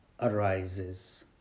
arises